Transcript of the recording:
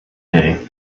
day